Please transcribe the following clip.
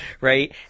Right